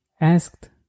asked